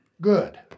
good